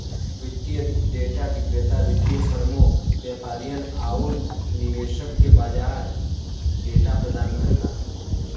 वित्तीय डेटा विक्रेता वित्तीय फर्मों, व्यापारियन आउर निवेशक के बाजार डेटा प्रदान करला